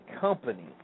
company